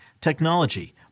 technology